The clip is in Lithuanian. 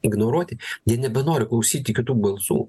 ignoruoti jie nebenori klausyti kitų balsų